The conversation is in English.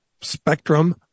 spectrum